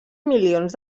milions